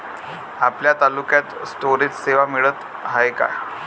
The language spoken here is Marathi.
आपल्या तालुक्यात स्टोरेज सेवा मिळत हाये का?